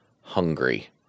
hungry